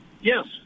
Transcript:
Yes